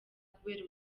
kubera